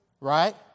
right